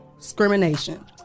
discrimination